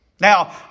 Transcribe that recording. Now